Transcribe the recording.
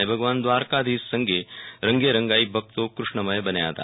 અને ભગાવન દ્વારકાધીશ સંગે રંગે રંગાઈ ભક્તો કૃષ્ણમય બન્યા હતા